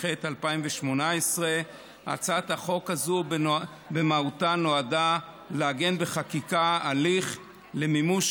התשע"ח 2018. הצעת החוק הזאת במהותה נועדה לעגן בחקיקה הליך למימוש